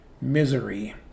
misery